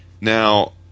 now